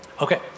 Okay